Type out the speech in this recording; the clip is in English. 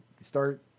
start